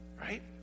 Right